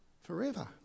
forever